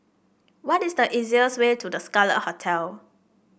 what is the easiest way to The Scarlet Hotel